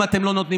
לא ביבי.